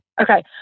Okay